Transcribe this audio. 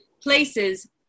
places